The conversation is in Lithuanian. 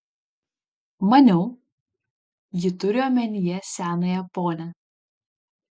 maniau ji turi omenyje senąją ponią